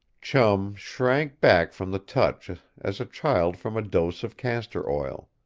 chum shrank back from the touch as a child from a dose of castor oil.